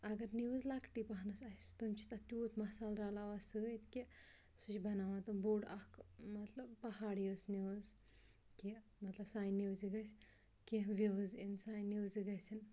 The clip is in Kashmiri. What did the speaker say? اگر نِوٕز لَکٹٕے پَہم آسہِ تِم چھِ تَتھ تیوٗت مَصالہٕ رَلاوان سۭتۍ کہِ سُہ چھِ بَناوان تِم بوٚڑ اَکھ مطلب پہاڑٕ یِیٲژ نِوٕز کہِ مطلب سانہِ نِوزِ گژھِ کینٛہہ وِوٕز یِنۍ سانہِ نِوزِ گژھِ